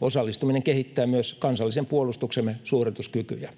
Osallistuminen kehittää myös kansallisen puolustuksemme suorituskykyjä.